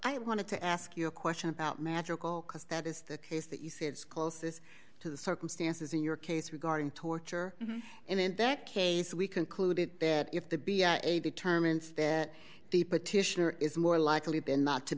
i wanted to ask you a question about magical because that is the case that you see its closeness to the circumstances in your case regarding torture and in that case we concluded that if the b s a determined that the petitioner is more likely than not to